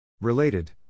Related